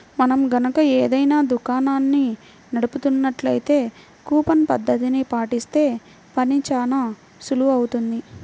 మనం గనక ఏదైనా దుకాణాన్ని నడుపుతున్నట్లయితే కూపన్ పద్ధతిని పాటిస్తే పని చానా సులువవుతుంది